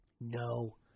No